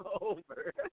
over